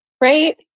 Right